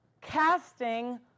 Casting